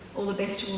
all the best to all